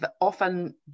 often